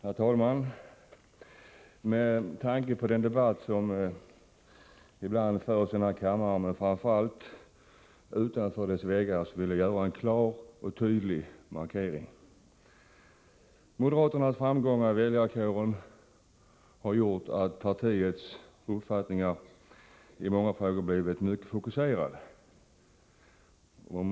Herr talman! Med tanke på den debatt som ibland förs i denna kammare — men framför allt utanför dess väggar — vill jag göra en klar och tydlig markering. Moderaternas framgångar i väljarkåren har gjort att partiets uppfattningar i många frågor har blivit mycket fokuserade.